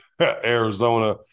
Arizona